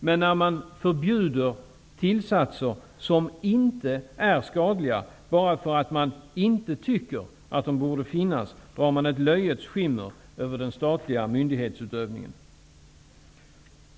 Men när man förbjuder tillsatser som inte är skadliga bara för att man inte tycker att de borde finnas, drar man ett löjets skimmer över den statliga myndighetsutövningen.